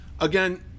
again